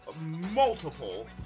multiple